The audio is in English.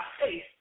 face